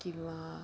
किंवा